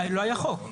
לא היה חוק.